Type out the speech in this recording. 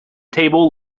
table